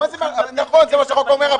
זה מה שהחוק אומר.